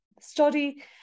study